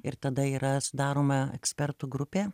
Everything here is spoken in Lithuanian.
ir tada yra sudaroma ekspertų grupė